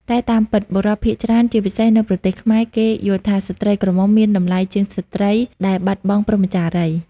តែតាមពិត បុរសភាគច្រើន ជាពិសេស នៅប្រទេសខ្មែរ គេយល់ថា ស្ត្រីក្រមុំមានតម្លៃជាងស្ត្រីដែលបាត់បង់ព្រហ្មចារីយ៍។